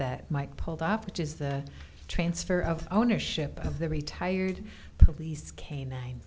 that mike pulled off which is the transfer of ownership of the retired police canine